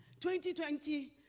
2020